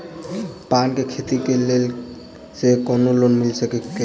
पान केँ खेती केँ लेल सेहो कोनो लोन मिल सकै छी की?